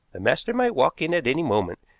the master might walk in at any moment,